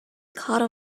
caught